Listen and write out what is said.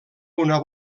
una